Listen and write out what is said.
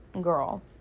girl